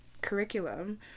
curriculum